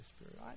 Spirit